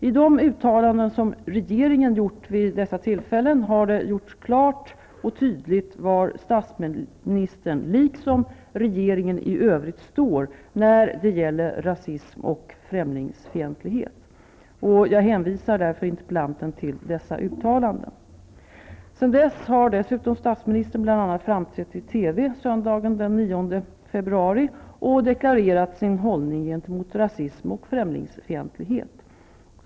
I de uttalanden som regeringen gjort vid dessa tillfällen har det gjorts klart och tydligt var statsministern liksom regeringen i övrigt står när det gäller rasism och främlingsfientlighet. Jag hänvisar därför interpellanten till dessa uttalanden. Sedan dess har dessutom statsministern bl.a. framträtt i TV söndagen den 9 februari och deklarerat sin hållning gentemot rasism och främlingsfientlighet.